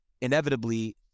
Inevitably